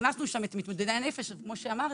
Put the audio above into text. הכנסנו שם את מתמודדי הנפש, כמו שאמרת,